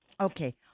Okay